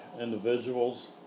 individuals